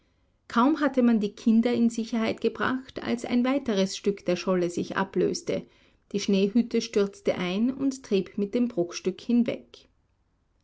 kaum hatte man die kinder in sicherheit gebracht als ein weiteres stück der scholle sich ablöste die schneehütte stürzte ein und trieb mit dem bruchstück hinweg